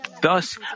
Thus